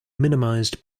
minimized